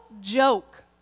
joke